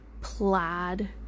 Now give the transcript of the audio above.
plaid